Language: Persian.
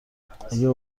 اگه